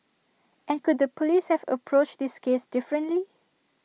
and could the Police have approached this case differently